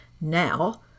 now